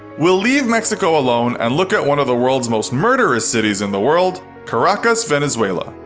we'll leave mexico alone and look at one of the world's most murderous cities in the world, caracas, venezuela.